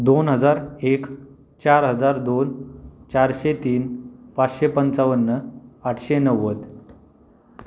दोन हजार एक चार हजार दोन चारशे तीन पाचशे पंचावन्न आठशे नव्वद